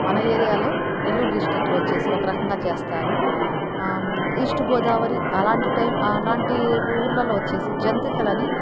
మన ఏరియాలో నెల్లూరు డిస్టిక్లో వచ్చేసి ఒక రకంగా చేస్తారు ఈస్ట్ గోదావరి అలాంటి టైం అలాంటి ఊర్లలో వచ్చేసి జంతికలని